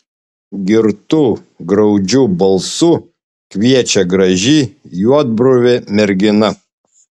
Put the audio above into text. girtu graudžiu balsu kviečia graži juodbruvė mergina